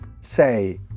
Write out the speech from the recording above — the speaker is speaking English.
say